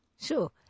Sure